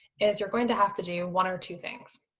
is you're going to have to do one or two things.